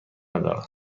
ندارم